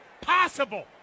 possible